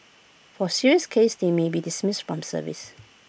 for serious cases they may be dismissed from service